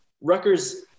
Rutgers